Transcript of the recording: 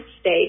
state